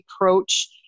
approach